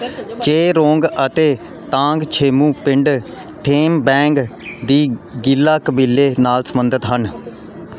ਚੇਰੋਂਗ ਅਤੇ ਤਾਂਗਛੇਮੂ ਪਿੰਡ ਥੇਮਬੈਂਗ ਦੀ ਗੀਲਾ ਕਬੀਲੇ ਨਾਲ ਸੰਬੰਧਿਤ ਹਨ